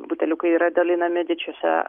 buteliukai yra dalinami didžiose